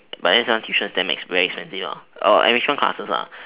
but then some tuition damn very expensive enrichment classes